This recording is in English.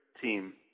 team